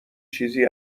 چیزی